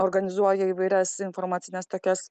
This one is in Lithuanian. organizuoja įvairias informacines tokias